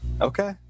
okay